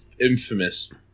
infamous